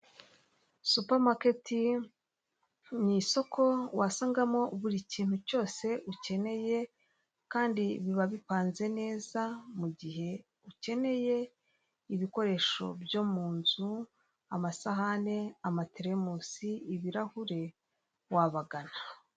Supamaketi ni isoko wasangamo buri kintu cyose ukeneye kandi biba bipanze neza mugihe ukeneye ibikoresho byo mu nzu amasahani, amatelemosi ibirahuri wabagana.